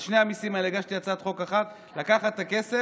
על שני המיסים הללו הגשתי הצעת חוק אחת: לקחת את הכסף,